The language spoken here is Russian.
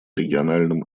региональном